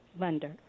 lender